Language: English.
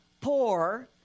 poor